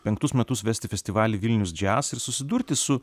penktus metus vesti festivalį vilnius jazz ir susidurti su